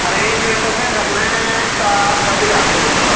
arrangement असें करना ऐ चार सा साड्ढे चार सौ बंदें दा